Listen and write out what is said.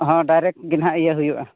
ᱦᱮᱸ ᱰᱟᱭᱨᱮᱠᱴ ᱜᱮ ᱦᱟᱸᱜ ᱤᱭᱟᱹ ᱦᱩᱭᱩᱜᱼᱟ